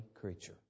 creature